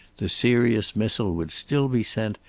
the serious missile would still be sent,